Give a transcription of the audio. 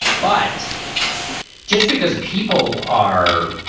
but just because people are.